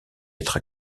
être